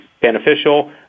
beneficial